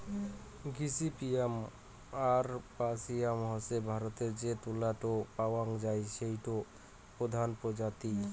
gossypium আরবাসিয়াম হসে ভারতরে যে তুলা টো পাওয়াং যাই সেটোর প্রধান প্রজাতি